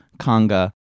conga